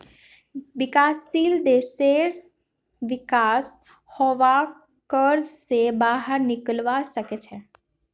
विकासशील देशेर विका स वहाक कर्ज स बाहर निकलवा सके छे